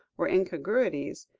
were incongruities,